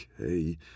okay